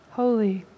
holy